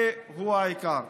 זה העיקר.